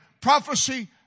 prophecy